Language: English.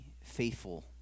faithful